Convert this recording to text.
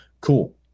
Cool